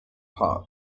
hop